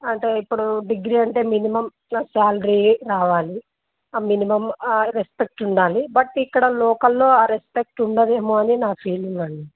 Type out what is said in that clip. అంటే ఇప్పుడు డిగ్రీ అంటే మినిమం శాలరీ రావాలి మినిమం రెస్పెక్ట్ ఉండాలి బట్ ఇక్కడ లోకల్లో ఆ రెస్పెక్ట్ ఉండదేమో అని నా ఫీలింగ్ అండి